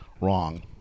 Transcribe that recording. wrong